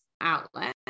outlet